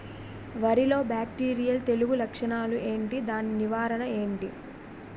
వరి లో బ్యాక్టీరియల్ తెగులు లక్షణాలు ఏంటి? దాని నివారణ ఏంటి?